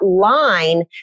line